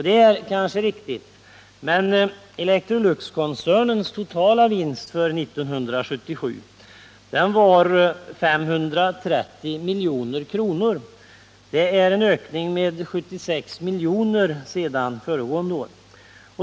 Det är kanske riktigt, men Electroluxkoncernens totala vinst för 1977 var 530 milj.kr. Det är en ökning med 76 miljoner sedan föregående år.